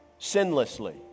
sinlessly